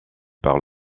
par